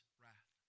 wrath